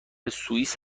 سوئیس